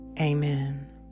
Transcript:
Amen